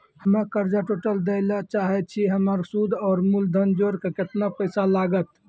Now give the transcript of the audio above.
हम्मे कर्जा टोटल दे ला चाहे छी हमर सुद और मूलधन जोर के केतना पैसा लागत?